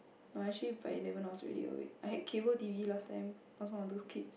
no actually by eleven I was already awake I had cable T_V last time I was one of those kids